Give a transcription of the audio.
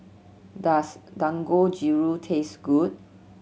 does Dangojiru taste good